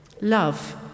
Love